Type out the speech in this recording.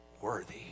worthy